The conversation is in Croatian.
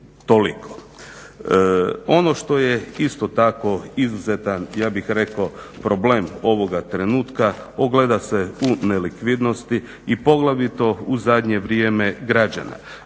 toliko. Ono što je isto tako izuzetan ja bih rekao problem ovoga trenutka ogledat se u nelikvidnosti i poglavito u zadnje vrijeme građana.